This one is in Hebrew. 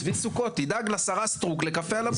צבי סוכות, תדאג לשרה סטרוק לקפה על הבוקר.